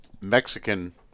mexican